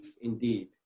indeed